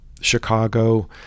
Chicago